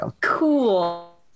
Cool